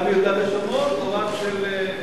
גם ביהודה ושומרון או רק של,